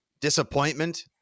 disappointment